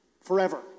forever